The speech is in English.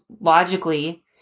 logically